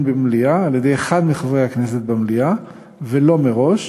במליאה על-ידי אחד מחברי הכנסת במליאה ולא מראש,